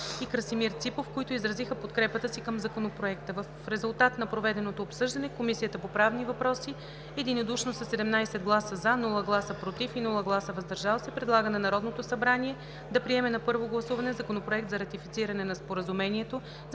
и Красимир Ципов, които изразиха подкрепата си към Законопроекта. В резултат на проведеното обсъждане Комисията по правни въпроси единодушно със 17 гласа „за“, без „против“ и „въздържал се“ предлага на Народното събрание да приеме на първо гласуване Законопроект за ратифициране на Споразумението